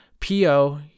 PO